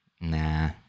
Nah